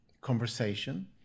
conversation